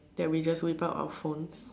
that we just without our phones